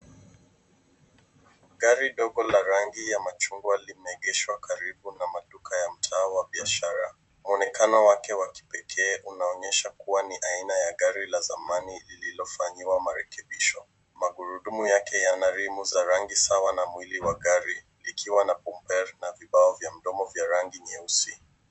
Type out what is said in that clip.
Gari dogo la rangi ya machungwa limeegeshwa karibu na maduka na mtaa wa biashara. Mwonekano wake wa kipekee unaonyesha kuwa ni aina ya gari la zamani lililofanyiwa marekebisho. Magurudumu yake yana rimu za rangi sawa na mwili wa gari likiwakumpel na vibao vya mdomo vya rangi nyeusi.